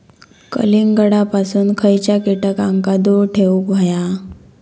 कलिंगडापासून खयच्या कीटकांका दूर ठेवूक व्हया?